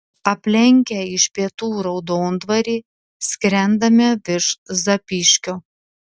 aplenkę iš pietų raudondvarį skrendame virš zapyškio